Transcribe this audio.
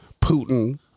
Putin